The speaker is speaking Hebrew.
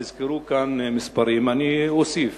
נזכרו כאן מספרים, ואני אוסיף